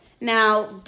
Now